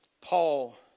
Paul